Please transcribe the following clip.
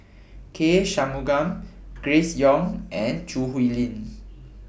K Shanmugam Grace Young and Choo Hwee Lim